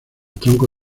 tronco